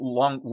long